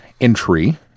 entry